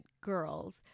girls